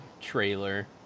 trailer